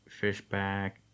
Fishback